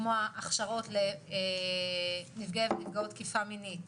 כמו ההכשרות לנפגעי ונפגעות תקיפה מינית,